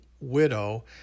widow